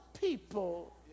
people